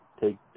take